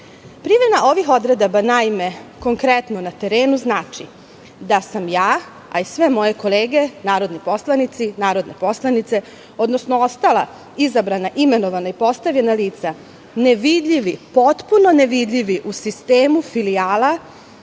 ja? Primena ovih odredaba, naime, konkretno na terenu, znači da sam ja, a i sve moje kolege narodni poslanici, narodne poslanice, odnosno ostala izabrana, imenovana i postavljena lica nevidljivi, potpuno nevidljivi u sistemu filijala